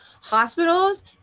hospitals